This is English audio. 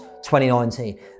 2019